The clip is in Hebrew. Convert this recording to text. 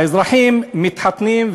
האזרחים מתחתנים,